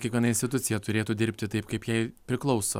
kiekviena institucija turėtų dirbti taip kaip jai priklauso